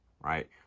right